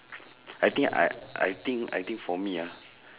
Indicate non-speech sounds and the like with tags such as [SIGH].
[BREATH] I think I I think I think for me ah